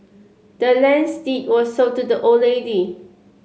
the land's deed was sold to the old lady